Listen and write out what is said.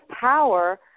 power